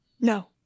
No